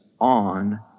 on